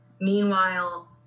Meanwhile